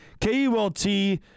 KULT